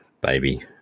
baby